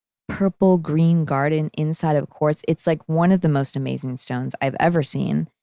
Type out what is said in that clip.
purple-green garden inside of quartz. it's like one of the most amazing stones i've ever seen.